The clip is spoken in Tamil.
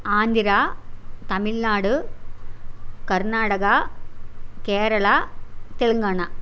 ஆந்திரா தமிழ்நாடு கர்நாடகா கேரளா தெலுங்கானா